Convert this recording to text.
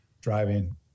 driving